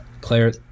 Claire